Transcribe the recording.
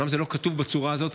אומנם זה לא כתוב בצורה הזאת,